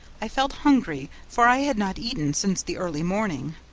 i felt hungry, for i had not eaten since the early morning,